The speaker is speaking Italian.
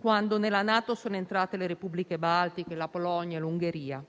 quando nella NATO sono entrate le Repubbliche baltiche, la Polonia e l'Ungheria.